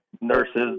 nurses